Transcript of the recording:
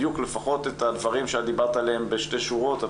לפחות את הדברים שאת דיברת עליהם בשתי שורות,